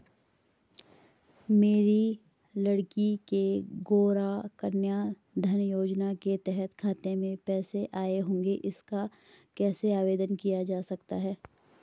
मेरी लड़की के गौंरा कन्याधन योजना के तहत खाते में पैसे आए होंगे इसका कैसे आवेदन किया जा सकता है?